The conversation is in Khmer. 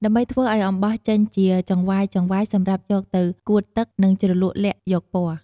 ដើម្បីធ្វើឲ្យអំបោះចេញជាចង្វាយៗសម្រាប់យកទៅកួតទឹកនិងជ្រលក់ល័ក្តយកពណ៏។